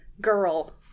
girl